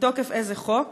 2. מתוקף איזה חוק?